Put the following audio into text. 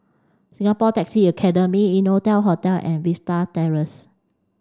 Singapore Taxi Academy Innotel Hotel and Vista Terrace